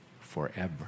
forever